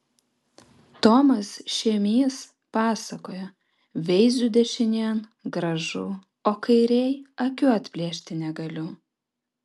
tomas šėmys pasakoja veiziu dešinėn gražu o kairėj akių atplėšti negaliu